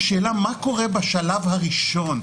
השאלה מה קורה בשלב הראשון,